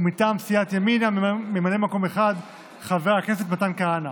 ומטעם סיעת ימינה ממלא מקום אחד: חבר הכנסת מתן כהנא.